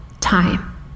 time